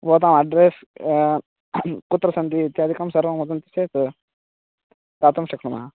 भावता अड्रेस् कुत्र सन्ति इत्यादिकं सर्वं वदन्ति चेत् दातुं शक्नुमः